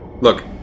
Look